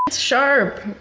sharp.